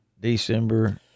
December